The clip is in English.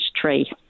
tree